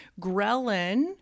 Ghrelin